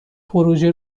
پروژه